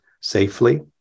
safely